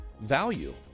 Value